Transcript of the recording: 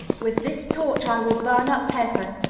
with this torch i will burn up heaven,